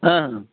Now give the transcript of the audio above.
हँ